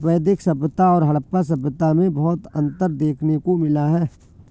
वैदिक सभ्यता और हड़प्पा सभ्यता में बहुत अन्तर देखने को मिला है